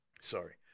sorry